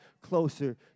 closer